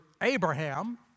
Abraham